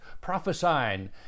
prophesying